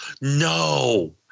No